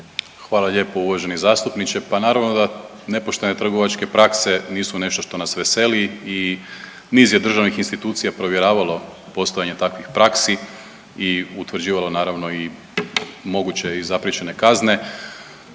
Hvala lijepo uvaženi zastupniče. Pa naravno da nepoštene trgovačke prakse nisu nešto što nas veseli i niz je državnih institucija provjeravalo postojanje takvih praksi i utvrđivalo naravno i moguće i zaprijećene kazne.